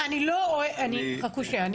רגע, רגע, חכו שנייה.